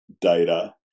data